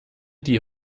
die